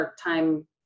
time